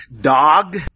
dog